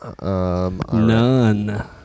None